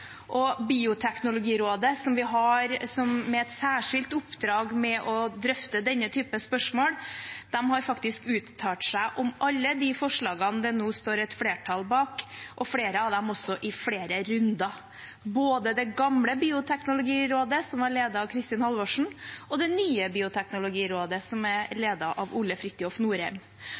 Bioteknologirådet, som har et særskilt oppdrag med å drøfte denne typen spørsmål, har faktisk uttalt seg om alle de forslagene det nå står et flertall bak, og flere av dem også i flere runder – både det gamle Bioteknologirådet, som ble ledet av Kristin Halvorsen, og det nye Bioteknologirådet, som er ledet av Ole Frithjof Norheim. Flere har referert til leder Ole Frithjof Norheim